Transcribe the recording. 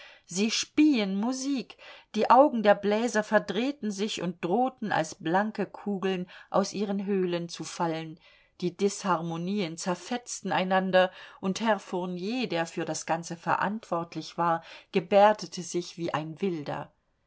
sie spieen musik die augen der bläser verdrehten sich und drohten als blanke kugeln aus ihren höhlen zu fallen die disharmonieen zerfetzten einander und herr fournier der für das ganze verantwortlich war gebärdete sich wie ein wilder